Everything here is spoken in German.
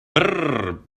brrr